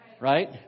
Right